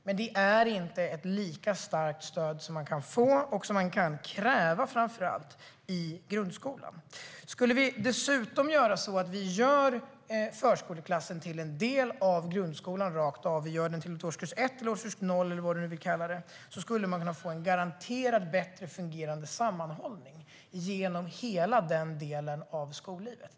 Men det är inte ett lika starkt stöd som elever kan få och framför allt kräva i grundskolan. Skulle vi dessutom göra förskoleklassen till en del av grundskolan rakt av och göra den till årskurs 1, årskurs 0 eller vad vi nu vill kalla det skulle man kunna få en garanterad bättre fungerande sammanhållning genom hela den delen av skollivet.